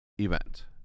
event